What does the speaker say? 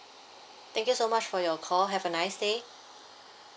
thank you so much for your call have a nice day